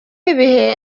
ibihe